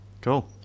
Cool